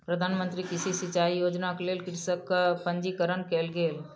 प्रधान मंत्री कृषि सिचाई योजनाक लेल कृषकक पंजीकरण कयल गेल